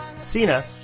Cena